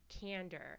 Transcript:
candor